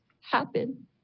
happen